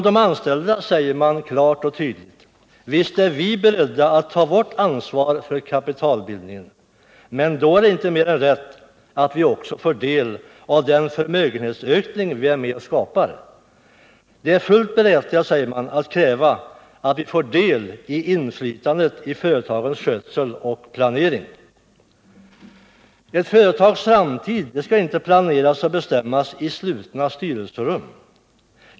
De anställda säger klart och tydligt: Visst är vi beredda att ta vårt ansvar för kapitalbildningen, men då är det inte mer än rätt att vi också får del av den förmögenhetsökning vi är med om att skapa. Det är fullt berättigat, säger de, att kräva att vi får del av inflytandet över företagens skötsel och planering. Ett företags framtid skall inte planeras och bestämmas i slutna styrelserum.